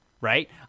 right